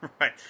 Right